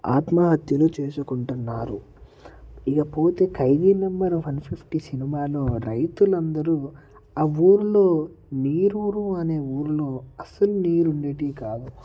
ఆత్మహత్యలు చేసుకుంటున్నారు ఇక పోతే ఖైదీ నెంబర్ వన్ ఫిఫ్టీ సినిమాలో రైతులందరూ ఆ ఊరిలో నీరూరు అనే ఊరిలో అసలు నీరు నీటి కాదు